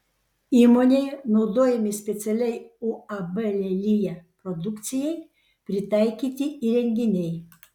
įmonėje naudojami specialiai uab lelija produkcijai pritaikyti įrenginiai